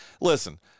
listen